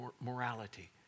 morality